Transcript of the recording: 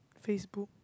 facebook